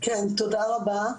תודה רבה.